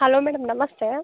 hello madam ನಮಸ್ತೆ